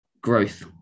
growth